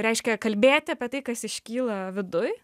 reiškia kalbėti apie tai kas iškyla viduj